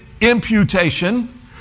imputation